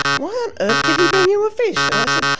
why on earth did he bring you a fish? and i said,